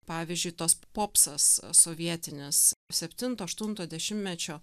pavyzdžiui tos popsas sovietinis septinto aštunto dešimtmečio